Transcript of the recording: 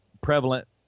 prevalent